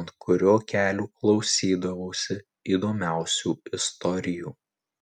ant kurio kelių klausydavausi įdomiausių istorijų